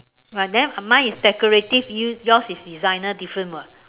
but then mine is decorative you yours is designer different [what]